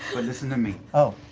but listen to me.